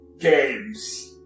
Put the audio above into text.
games